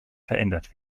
verändert